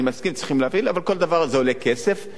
אני מסכים, צריכים להפעיל, אבל כל דבר עולה כסף.